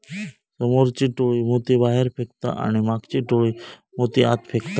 समोरची टोळी माती बाहेर फेकता आणि मागची टोळी माती आत फेकता